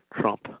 Trump